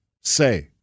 say